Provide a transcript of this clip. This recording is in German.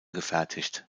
gefertigt